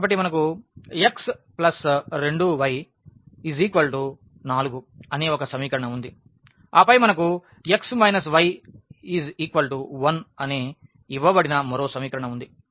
కాబట్టి మనకు 𝑥2𝑦 4 అనే ఒక సమీకరణం ఉంది ఆపై మనకు x y 1 అనే ఇవ్వబడిన మరో సమీకరణం ఉంది